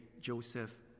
Joseph